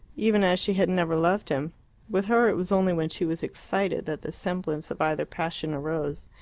even as she had never loved him with her it was only when she was excited that the semblance of either passion arose.